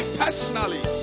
personally